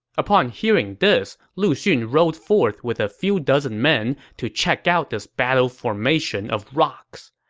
upon hearing this, lu xun rode forth with a few dozen men to check out this battle formation of rocks.